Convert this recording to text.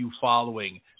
following